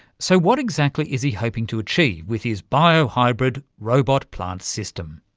so, what exactly is he hoping to achieve with his bio-hybrid robot plant system?